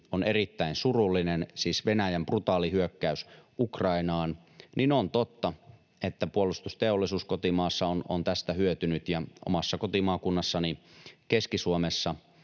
on erittäin surullinen, siis Venäjän brutaali hyökkäys Ukrainaan, niin on totta, että puolustusteollisuus kotimaassa on tästä hyötynyt ja omassa kotimaakunnassani Keski-Suomessa,